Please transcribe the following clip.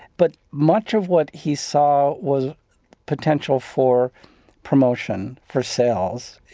but much of what he saw was potential for promotion, for sales.